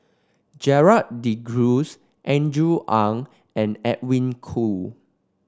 Gerald De Cruz Andrew Ang and Edwin Koo